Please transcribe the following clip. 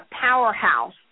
powerhouse